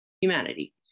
humanity